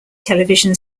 television